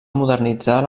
modernitzar